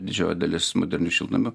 didžioji dalis modernių šiltnamių